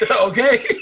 okay